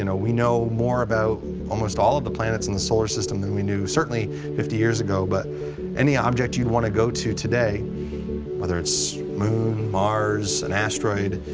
you know we know more about almost all of the planets in the solar system than we knew certainly fifty years ago. but any object you want to go to today whether it's moon, mars, an asteroid,